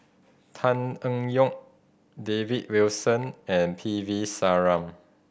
Tan Eng Yoon David Wilson and P V Sharma